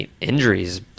injuries